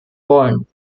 wollen